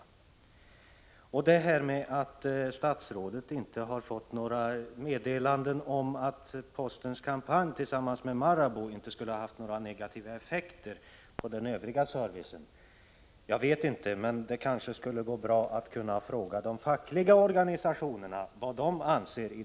Beträffande uttalandet att statsrådet från postverket fått uppgift om att postens kampanj tillsammans med Marabou inte haft några negativa effekter på den övriga kassaservicen vill jag säga: Jag vet inte, men det kanske skulle gå bra att fråga de fackliga organisationerna vad de anser.